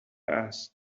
است